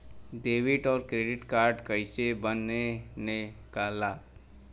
Debit और credit card कईसे बने ने ला?